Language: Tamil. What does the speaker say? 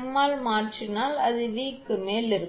m ஆல் மாற்றினால் அது V க்கு மேல் இருக்கும்